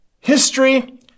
History